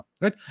right